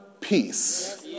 peace